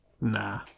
Nah